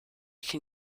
can